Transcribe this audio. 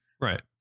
right